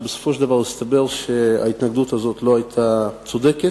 כשבסופו של דבר הסתבר שההתנגדות הזאת לא היתה צודקת,